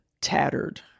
tattered